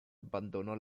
abbandonò